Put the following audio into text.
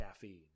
caffeine